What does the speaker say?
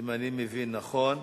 אם אני מבין נכון,